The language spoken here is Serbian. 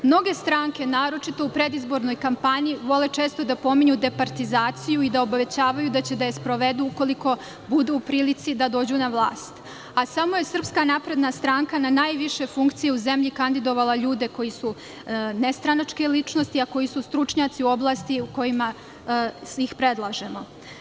Mnoge stranke, naročito u predizbornoj kampanji, vole često da pominju departizaciju i da obećavaju da će da je sprovedu ukoliko budu u prilici da dođu na vlast, a samo je SNS na najviše funkcija u zemlji kandidovala ljude koji su nestranačke ličnosti, a koji su stručnjaci u oblastima u kojima ih predlažemo.